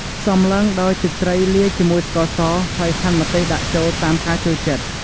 ផ្សំឡើងដោយ ទឹកត្រីលាយជាមួយស្ករស ហើយហាន់ម្ទេសដាក់ចូលតាមការចូលចិត្ត។